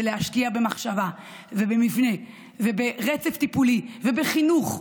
זה להשקיע במחשבה ובמבנה וברצף הטיפולי ובחינוך.